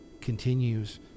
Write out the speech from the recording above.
continues